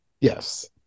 Yes